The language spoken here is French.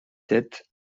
sept